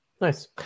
Nice